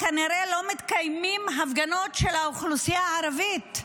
כנראה לא מתקיימות הפגנות של האוכלוסייה הערבית.